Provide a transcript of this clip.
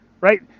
right